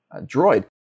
droid